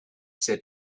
said